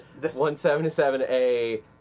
177A